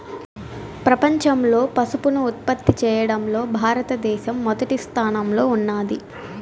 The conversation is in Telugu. ప్రపంచంలో పసుపును ఉత్పత్తి చేయడంలో భారత దేశం మొదటి స్థానంలో ఉన్నాది